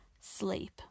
sleep